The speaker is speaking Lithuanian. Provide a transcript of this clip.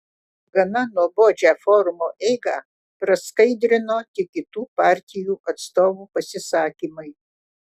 gana nuobodžią forumo eigą praskaidrino tik kitų partijų atstovų pasisakymai